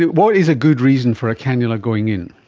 what is a good reason for a cannula going in?